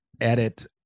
edit